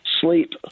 sleep